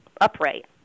upright